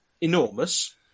enormous